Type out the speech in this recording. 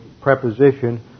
preposition